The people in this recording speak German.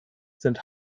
sind